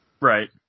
Right